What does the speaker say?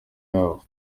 yabo